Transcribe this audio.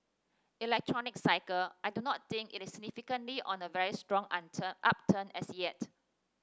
electronics cycle I do not think it is significantly on a very strong upturn as yet